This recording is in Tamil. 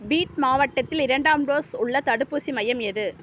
பீட் மாவட்டத்தில் இரண்டாம் டோஸ் உள்ள தடுப்பூசி மையம் எது